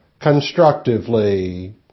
constructively